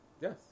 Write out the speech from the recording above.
Yes